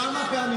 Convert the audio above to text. כמה פעמים צריך?